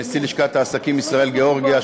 נשיא לשכת העסקים ישראל גאורגיה,